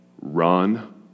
run